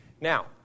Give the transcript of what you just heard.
Now